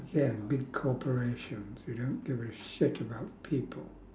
here big corporations who don't give a shit about people